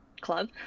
club